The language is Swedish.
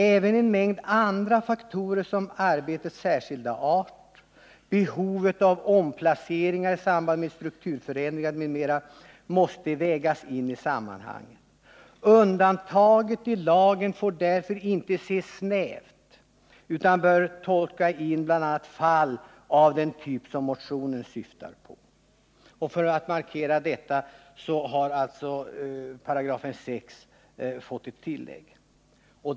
Även en mängd andra faktorer som arbetets särskilda art, behovet av omplaceringar i samband med strukturförändringar m.m. måste vägas in i sammanhanget. Undantaget i lagen får därför inte ses snävt utan bör täcka in bl.a. fall av den typ som motionen syftar på.” För att markera detta har alltså 65 fått ett tillägg.